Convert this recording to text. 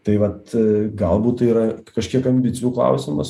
tai vat galbūt tai yra kažkiek ambicijų klausimas